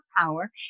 power